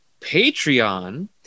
Patreon